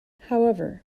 however